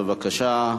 בבקשה.